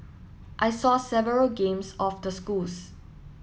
I saw several games of the schools